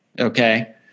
okay